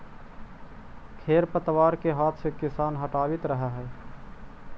खेर पतवार के हाथ से किसान हटावित रहऽ हई